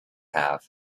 have